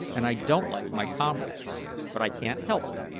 and i don't like my comrades but i can't help it,